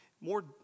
more